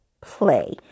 play